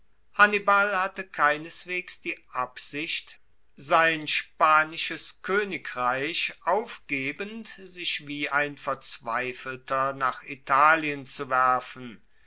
hannibal hatte keineswegs die absicht sein spanisches koenigreich aufgebend sich wie ein verzweifelter nach italien zu werfen